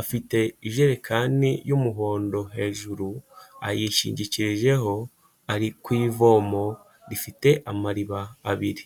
afite ijerekani y'umuhondo hejuru ayishingikirijeho, ari ku ivomo rifite amariba abiri.